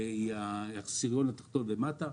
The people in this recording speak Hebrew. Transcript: העשירון התחתון ומטה.